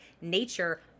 nature